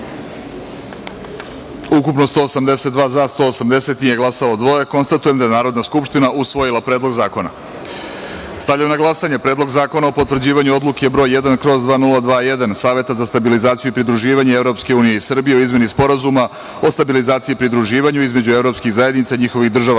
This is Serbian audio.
ukupno 182, za – 180, nije glasalo – dvoje. Konstatujem da je Narodna skupština usvojila Predlog zakona. Stavljam na glasanje Predlog zakona o potvrđivanju Odluke Broj 1/2021 Saveta za stabilizaciju i pridruživanje EU i Srbije o izmeni Sporazuma o stabilizaciji i pridruživanju između Evropskih zajednica i njihovih država